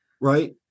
right